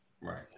Right